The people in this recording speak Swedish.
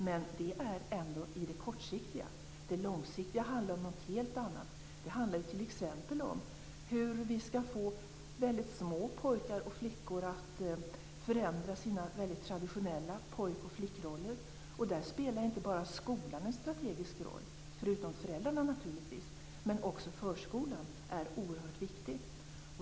Men det är ändå i det kortsiktiga perspektivet. Det långsiktiga handlar om någonting helt annat. Det handlar t.ex. om hur vi skall få mycket små pojkar och flickor att förändra sina väldigt traditionella pojk och flickroller. Där spelar inte bara skolan, och föräldrarna naturligtvis, en strategisk roll utan förskolan är också oerhört viktig.